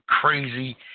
crazy